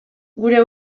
gure